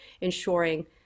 ensuring